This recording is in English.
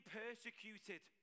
persecuted